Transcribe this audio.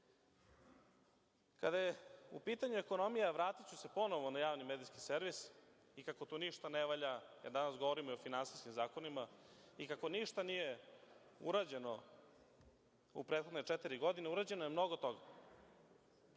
je u pitanju ekonomija, vratiću se ponovo na javni medijski servis, i kako tu ništa ne valja, kada danas govorimo o finansijskim zakonima, i kako ništa nije urađeno u prethodne četiri godine, urađeno je mnogo toga.